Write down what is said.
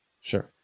sure